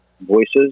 voices